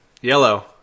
Yellow